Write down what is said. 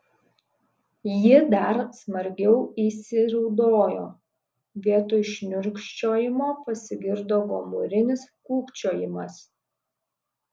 ji dar smarkiau įsiraudojo vietoj šniurkščiojimo pasigirdo gomurinis kūkčiojimas